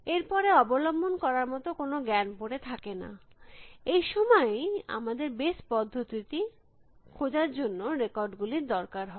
এর পরে অবলম্বন করার মত কোনো জ্ঞান পরে থাকে না এই সময়েই আমাদের বেস পদ্ধতিটি খোঁজার জন্য রেকর্ড গুলির দরকার হয়